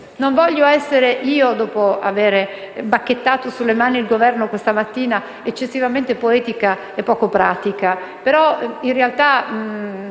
Non voglio certo essere io, dopo aver bacchettato sulle mani il Governo questa mattina, ad essere eccessivamente poetica e poco pratica, ma in realtà